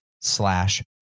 slash